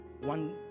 one